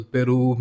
Peru